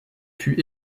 fut